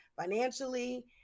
financially